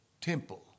temple